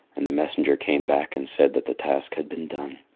and the messenger came back and said that the task had been done.